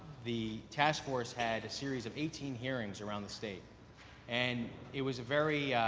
the task force had a series of eighteen hearings around the state and it was a very